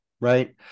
right